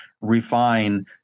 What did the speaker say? refine